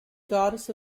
goddess